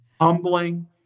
humbling